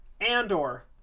Andor